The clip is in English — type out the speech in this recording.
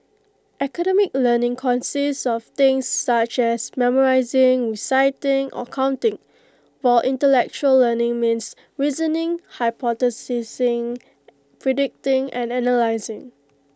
academic learning consists of things such as memorising reciting or counting while intellectual learning means reasoning hypothesising predicting and analysing